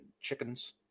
chickens